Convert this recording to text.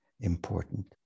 important